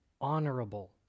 honorable